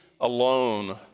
alone